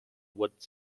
woods